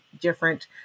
different